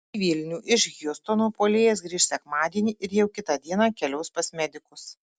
į vilnių iš hjustono puolėjas grįš sekmadienį ir jau kitą dieną keliaus pas medikus